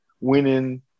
winning